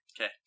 Okay